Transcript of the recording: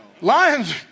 Lions